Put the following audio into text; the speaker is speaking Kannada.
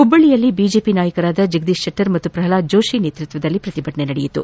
ಹುಬ್ಬಳ್ಳಿಯಲ್ಲಿ ಬಿಜೆಪಿ ನಾಯಕರಾದ ಜಗದೀತ್ ಶೆಟ್ಟರ್ ಮತ್ತು ಪ್ರಹ್ನಾದ್ ಜೋತಿ ನೇತೃತ್ವದಲ್ಲಿ ಪ್ರತಿಭಟನೆ ನಡೆಯಿತು